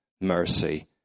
mercy